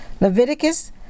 Leviticus